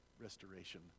restoration